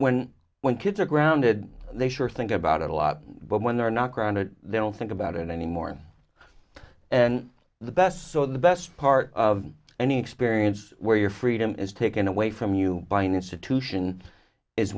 when when kids are grounded they sure think about it a lot but when they're not grounded they don't think about it anymore and the best so the best part of any experience where your freedom is taken away from you by an institution is